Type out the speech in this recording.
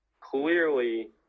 clearly